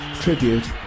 Tribute